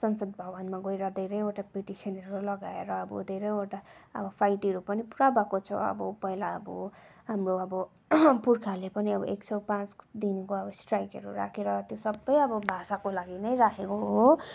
संसद् भवनमा गएर धेरैवटा पिटिसनहरू लगाएर अब धेरैवटा अब फाइटहरू पनि पुरा भएको छ अब पहिला अब हाम्रो अब पुर्खाहरूले पनि अब एक सय पाँच दिनको अब स्ट्राइकहरू राखेर त्यो सब अब भाषाको लागि नै राखेको हो